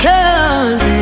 Cause